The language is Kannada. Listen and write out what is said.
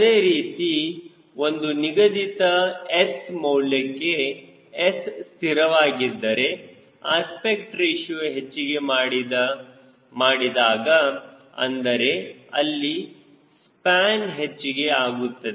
ಅದೇ ರೀತಿ ಒಂದು ನಿಗದಿತ S ಮೌಲ್ಯಕ್ಕೆ S ಸ್ಥಿರವಾಗಿದ್ದರೆ ಅಸ್ಪೆಕ್ಟ್ ರೇಶಿಯೋ ಹೆಚ್ಚಿಗೆಮಾಡಿದಾಗ ಅಂದರೆ ಅಲ್ಲಿ ಸ್ಪ್ಯಾನ್ ಹೆಚ್ಚಿಗೆ ಆಗುತ್ತದೆ